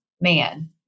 man